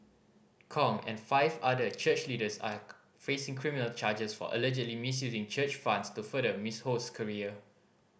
Kong and five other church leaders are facing criminal charges for allegedly misusing church funds to further Miss Ho's career